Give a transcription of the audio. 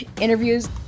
interviews